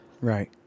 Right